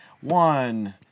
one